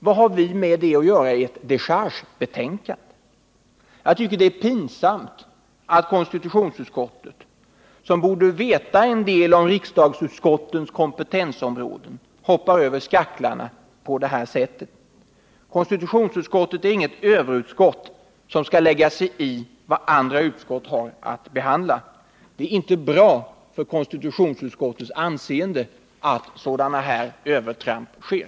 Vad har en sådan här bedömning att göra i ett dechargebetänkande? Jag tycker det är pinsamt att konstitutionsutskottet, som borde veta en del om riksdagsutskottens kompetensområden, hoppar över skaklarna på detta sätt. Konstitutionsutskottet är inget överutskott, som skall lägga sig i vad andra utskott har att behandla. Det är inte bra för konstitutionsutskottets anseende att övertramp av detta slag sker.